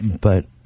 but-